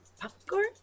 popcorn